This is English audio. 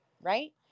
right